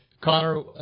Connor